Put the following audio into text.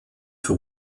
für